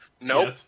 Nope